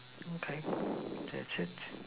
okay that's it